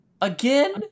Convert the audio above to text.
again